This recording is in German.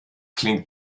klingt